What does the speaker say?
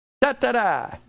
Da-da-da